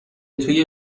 توی